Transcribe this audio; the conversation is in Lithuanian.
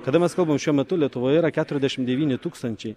kada mes kalbam šiuo metu lietuvoje yra keturiasdešimt devyni tūkstančiai